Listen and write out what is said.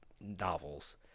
novels